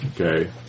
okay